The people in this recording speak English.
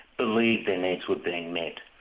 believed their needs were being met.